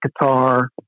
guitar